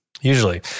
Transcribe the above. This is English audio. usually